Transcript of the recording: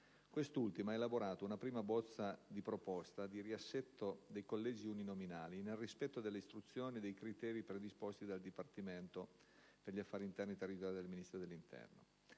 Quest'ultima ha elaborato una prima bozza di proposta di riassetto dei collegi uninominali, nel rispetto delle istruzioni e dei criteri predisposti dal dipartimento per gli affari interni e territoriali del Ministero dell'interno.